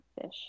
fish